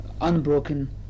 unbroken